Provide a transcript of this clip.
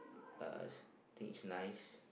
uh I think is nice